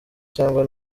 cyangwa